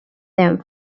them